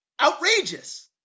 outrageous